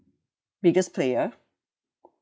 biggest player